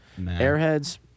Airheads